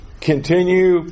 continue